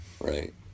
Right